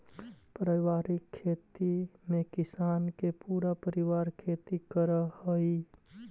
पारिवारिक खेती में किसान के पूरा परिवार खेती करऽ हइ